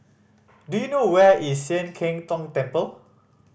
do you know where is Sian Keng Tong Temple